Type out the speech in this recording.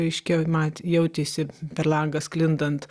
reikšia mat jautėsi per langą sklindant